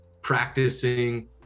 practicing